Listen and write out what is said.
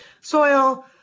soil